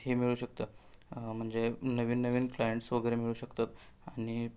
हे मिळू शकतं म्हणजे नवीन नवीन क्लायंट्स वगैरे मिळू शकतात आणि